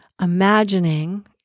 imagining